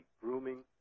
grooming